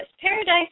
Paradise